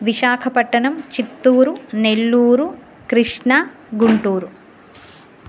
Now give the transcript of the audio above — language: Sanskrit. विशाखपट्टनं चित्तूरु नेल्लूरु कृष्णा गुण्टूरु